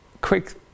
quick